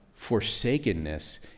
forsakenness